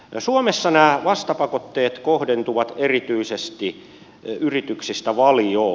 suomessa nämä vastapakotteet kohdentuvat yrityksistä erityisesti valioon